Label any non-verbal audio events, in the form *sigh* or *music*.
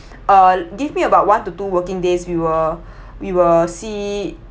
uh give me about one to two working days we will *breath* we will see